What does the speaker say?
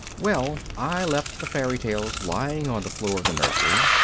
well, i left the fairy tales lying on the floor of the nursery,